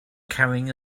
carrying